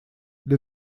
для